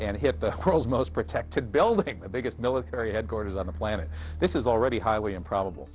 nd hit the world's most protected building the biggest military headquarters on the planet this is already highly improbable